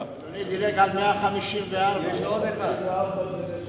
סובלת בתקופה האחרונה מגל של גנבות,